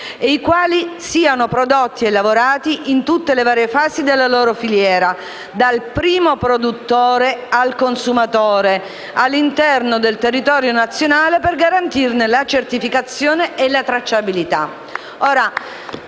e i quali siano prodotti e lavorati in tutte le varie fasi della loro filiera, dal primo produttore al consumatore, all'interno del territorio nazionale per garantirne la certificazione e la tracciabilità.